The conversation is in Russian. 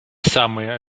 самые